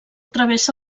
travessa